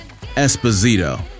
Esposito